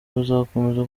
ruzakomeza